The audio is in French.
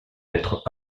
être